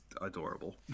adorable